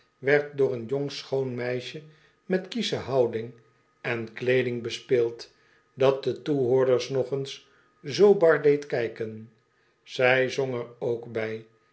werd door een jong schoon meisje met kiesche houding en kleeding bespeeld dat de toehoorders nog eens zoo bar deed kijken zij zong er ook bij